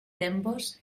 tempos